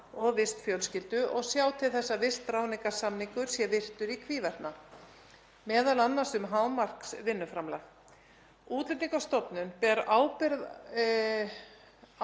og vistfjölskyldu og sjá til þess að vistráðningarsamningur sé virtur í hvívetna, m.a. um hámarksvinnuframlag. Útlendingastofnun ber ábyrgð á að